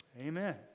Amen